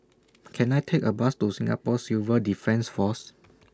Can I Take A Bus to Singapore Civil Defence Force